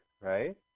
right